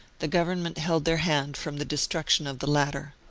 the government held their hand from the destruction of the latter.